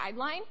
guideline